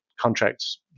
contracts